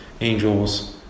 angels